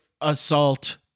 assault